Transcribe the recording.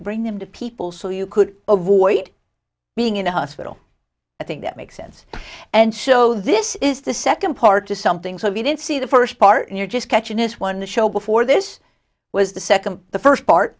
bring them to people so you could avoid being in the hospital i think that makes sense and so this is the second part to something so you didn't see the first part and you're just catching this one the show before this was the second the first part